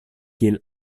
kiel